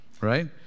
right